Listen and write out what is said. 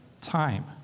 time